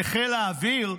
חיל האוויר,